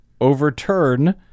overturn